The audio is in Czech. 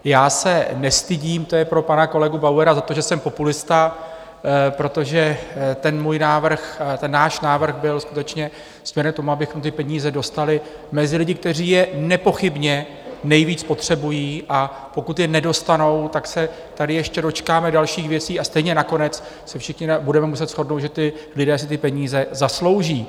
Já se nestydím to je pro pana kolegu Bauera za to, že jsem populista, protože náš návrh byl skutečně směrem k tomu, abychom ty peníze dostali mezi lidi, kteří je nepochybně nejvíc potřebují, a pokud je nedostanou, tak se tady ještě dočkáme dalších věcí a stejně nakonec se všichni budeme muset shodnout, že ti lidé si ty peníze zaslouží.